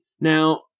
Now